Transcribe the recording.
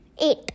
Eight